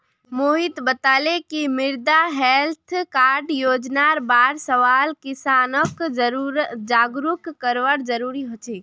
मोहित बताले कि मृदा हैल्थ कार्ड योजनार बार सबला किसानक जागरूक करना जरूरी छोक